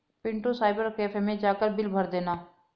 Pintu cyber cafe मैं जाकर bill भर देना